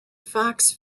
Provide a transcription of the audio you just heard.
fox